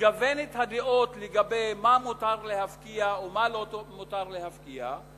ולגוון את הדעות לגבי מה מותר להפקיע ומה לא מותר להפקיע,